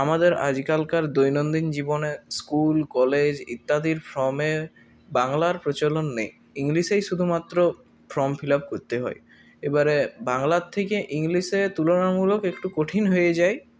আমাদের আজকালকার দৈনন্দিন জীবনের স্কুল কলেজ ইত্যাদির ফর্মে বাংলার প্রচলন নেই ইংলিশেই শুধুমাত্র ফর্ম ফিল আপ করতে হয় এবারে বাংলার থেকে ইংলিশে তুলনামূলক একটু কঠিন হয়ে যায়